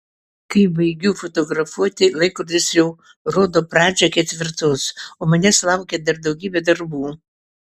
kai baigiu fotografuoti laikrodis jau rodo pradžią ketvirtos o manęs laukia dar daugybė darbų